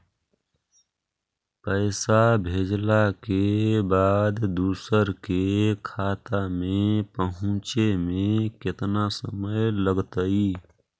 पैसा भेजला के बाद दुसर के खाता में पहुँचे में केतना समय लगतइ?